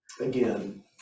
Again